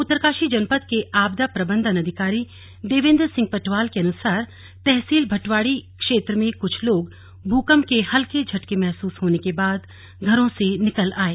उत्तरकाशी जनपद के आपदा प्रबंधन अधिकारी देवेंद्र सिंह पटवाल के अनुसार तहसील भटवाड़ी क्षेत्र में कुछ लोग भूकम्प के हल्के झटके महसूस होने के बाद घरों से निकल आये